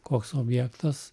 koks objektas